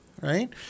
right